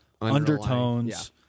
undertones